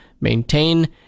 maintain